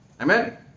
Amen